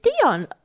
Dion